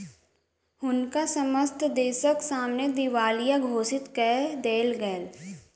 हुनका समस्त देसक सामने दिवालिया घोषित कय देल गेल